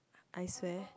I say